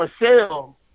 Michelle